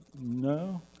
No